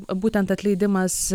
būtent atleidimas